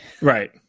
Right